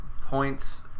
points